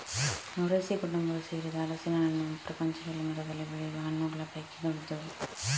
Moraceae ಕುಟುಂಬಕ್ಕೆ ಸೇರಿದ ಹಲಸಿನ ಹಣ್ಣು ಪ್ರಪಂಚದಲ್ಲಿ ಮರದಲ್ಲಿ ಬೆಳೆಯುವ ಹಣ್ಣುಗಳ ಪೈಕಿ ದೊಡ್ಡದು